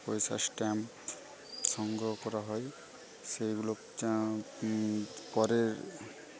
পয়সা স্ট্যাম্প সংগ্রহ করা হয় সেইগুলো পরে